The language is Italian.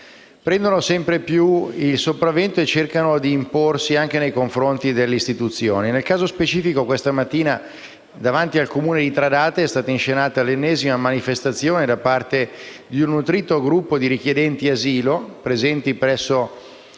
prendono sempre più il sopravvento e cercano di imporsi anche nei confronti delle istituzioni. Nel caso specifico questa mattina, davanti al comune di Tradate, è stata inscenata l'ennesima manifestazione da parte di un nutrito gruppo di richiedenti asilo presenti presso la